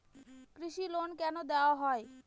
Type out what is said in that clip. কৃষি লোন কেন দেওয়া হয়?